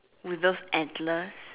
with those antlers